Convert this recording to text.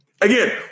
again